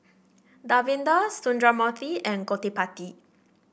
Davinder Sundramoorthy and Gottipati